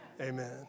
amen